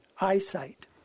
eyesight